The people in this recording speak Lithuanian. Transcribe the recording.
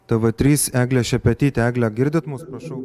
tv trys eglė šepetytė egle girdit mus prašau